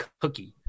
cookie